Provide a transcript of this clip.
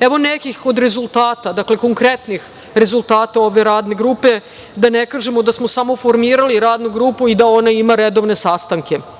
Evo nekih od rezultata, dakle konkretnih rezultata ove Radne grupe, da ne kažemo da smo samo formirali Radnu grupu i da ona ima redovne sastanke. Novinari